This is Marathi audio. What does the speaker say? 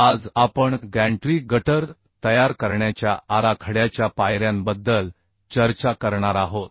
आज आपण गॅन्ट्री गटर तयार करण्याच्या आराखड्याच्या पायऱ्यांबद्दल चर्चा करणार आहोत